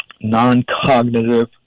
non-cognitive